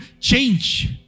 change